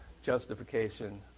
Justification